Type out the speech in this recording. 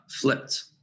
flipped